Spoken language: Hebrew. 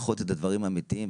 משכיחות את הדברים האמיתיים,